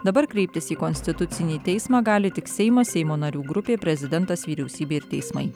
dabar kreiptis į konstitucinį teismą gali tik seimas seimo narių grupė prezidentas vyriausybė ir teismai